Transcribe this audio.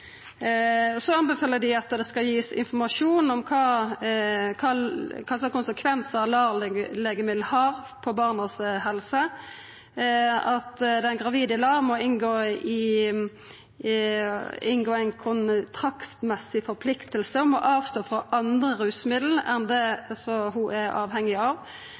informasjon om kva slags konsekvensar LAR-legemiddel har på helsa til barna, og at den gravide i LAR må inngå ei kontraktsmessig forplikting om å avstå frå andre rusmiddel enn det ho er avhengig av.